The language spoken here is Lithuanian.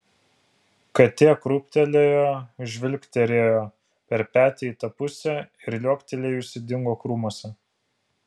katė krūptelėjo žvilgterėjo per petį į tą pusę ir liuoktelėjusi dingo krūmuose